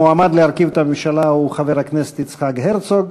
המועמד להרכיב את הממשלה הוא חבר הכנסת יצחק הרצוג.